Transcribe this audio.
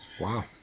Wow